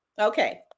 okay